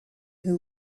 who